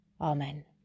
Amen